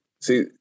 See